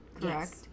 correct